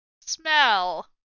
smell